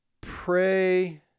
Pray